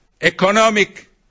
economic